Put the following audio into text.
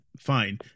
fine